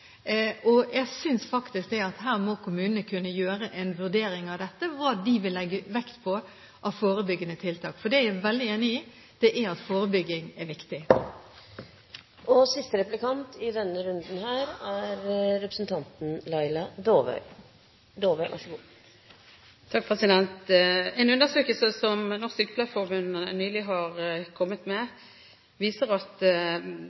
– jeg tenker jo selv at veldig mange 75-åringer er veldig spreke og har ikke behov for hjemmebesøk fra kommunen, mens veldig mange har det. Her må kommunene kunne gjøre en vurdering av hva de vil legge vekt på av forebyggende tiltak, for jeg er veldig enig i at forebygging er viktig. En undersøkelse som Norsk Sykepleierforbund nylig har kommet med, viser at